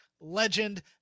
legend